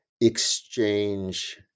exchange